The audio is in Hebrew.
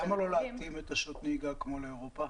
למה לא להתאים את שעות הנהיגה כמו באירופה?